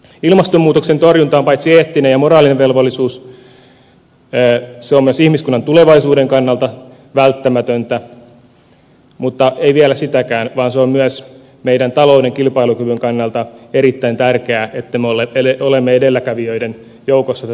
ilmastonmuutoksen torjunta on paitsi eettinen ja moraalinen velvollisuus myös ihmiskunnan tulevaisuuden kannalta välttämätöntä mutta ei vain sitäkään vaan se on myös meidän talouden kilpailukyvyn kannalta erittäin tärkeää että olemme edelläkävijöiden joukossa tätä tekemässä